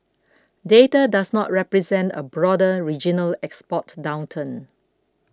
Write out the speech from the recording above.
data does not represent a broader regional export downturn